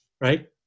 right